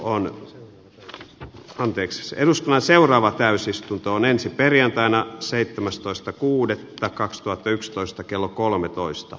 anna anteeksi se ennustaa seuraava täysistuntoon ensi perjantaina seitsemästoista kuudetta kaksituhattayksitoista kello kolmetoista